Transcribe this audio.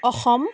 Assam